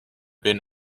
been